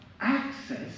access